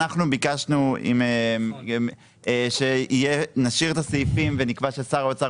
אנחנו ביקשנו שנשאיר את הסעיפים ונקבע ששר האוצר